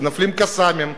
כשנופלים "קסאמים",